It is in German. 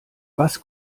was